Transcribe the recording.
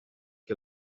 que